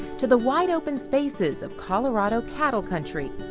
to the wide open spaces of colorado cattle country.